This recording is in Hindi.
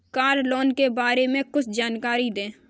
कार लोन के बारे में कुछ जानकारी दें?